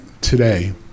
today